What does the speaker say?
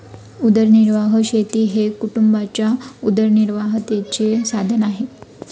उदरनिर्वाह शेती हे कुटुंबाच्या उदरनिर्वाहाचे साधन आहे